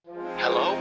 Hello